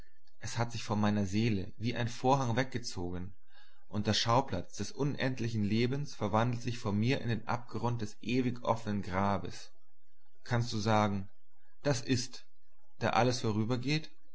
es hat sich vor meiner seele wie ein vorhang weggezogen und der schauplatz des unendlichen lebens verwandelt sich vor mir in den abgrund des ewig offenen grabes kannst du sagen das ist da alles vorübergeht